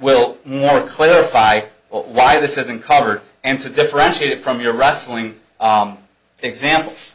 will more clarify why this isn't covered and to differentiate it from your rustling examples